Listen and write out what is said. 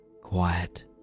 quiet